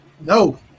No